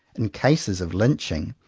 in cases of lynching,